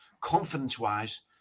confidence-wise